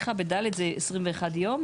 ב-(ד) זה 21 יום?